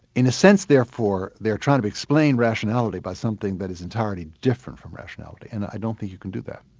in a sense therefore, they're trying to explain rationality by something that is entirely different from rationality and i don't think you can do that.